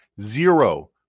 zero